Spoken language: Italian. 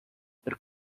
per